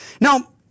Now